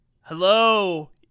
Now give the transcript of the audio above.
Hello